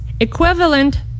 equivalent